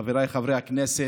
חבריי חברי הכנסת,